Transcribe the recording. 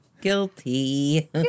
Guilty